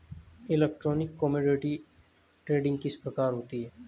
Electronic commodity trading किस प्रकार होती है?